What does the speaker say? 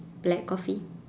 black coffee